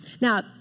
Now